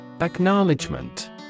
Acknowledgement